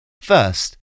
First